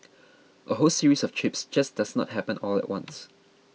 a whole series of trips just does not happen all at once